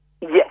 Yes